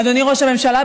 אדוני ראש הממשלה,